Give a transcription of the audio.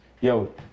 yo